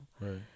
Right